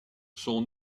son